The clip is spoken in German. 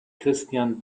christian